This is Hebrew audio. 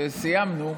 שסיימנו,